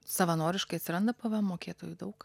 savanoriškai atsiranda pvm mokėtojų daug